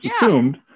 assumed